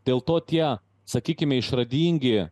dėl to tie sakykime išradingi